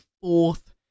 fourth